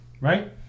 right